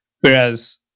Whereas